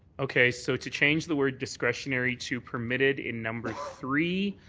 okay. so to change the word discretionary to permitted in number three